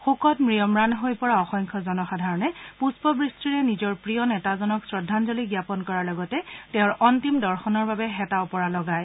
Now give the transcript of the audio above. শোকত মিয়মান হৈ পৰা অসংখ্য জনসাধাৰণে পৃষ্পবৃষ্টিৰে নিজৰ প্ৰিয় নেতাজনক শ্ৰদ্ধাঞ্জলি জাপন কৰাৰ লগতে তেওঁৰ অন্তিম দৰ্শনৰ বাবে হেতাওপৰা লগায়